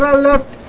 ah left